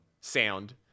sound